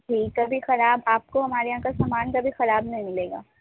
جی کبھی خراب آپ کو ہمارے یہاں کا سامان کبھی خراب نہیں ملے گا